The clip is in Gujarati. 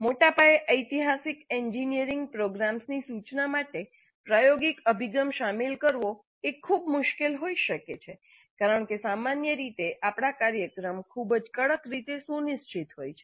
મોટા પાયે ઔપચારિક એન્જિનિયરિંગ પ્રોગ્રામ્સની સૂચના માટે પ્રાયોગિક અભિગમ શામેલ કરવો એ ખૂબ મુશ્કેલ હોઈ શકે છે કારણ કે સામાન્ય રીતે આપણા કાર્યક્રમો ખૂબ જ કડક રીતે સુનિશ્ચિત હોય છે